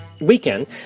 weekend